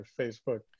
facebook